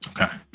Okay